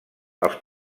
els